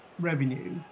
revenue